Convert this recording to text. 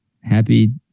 Happy